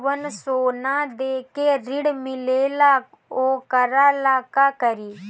जवन सोना दे के ऋण मिलेला वोकरा ला का करी?